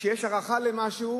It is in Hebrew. כשיש הערכה למשהו